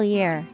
Year